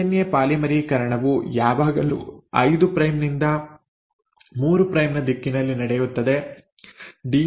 DNA ಪಾಲಿಮರೀಕರಣವು ಯಾವಾಗಲೂ 5 prime ನಿಂದ 3 ಪ್ರೈಮ್ ನ ದಿಕ್ಕಿನಲ್ಲಿ ನಡೆಯುತ್ತದೆ